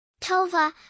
Tova